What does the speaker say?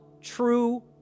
True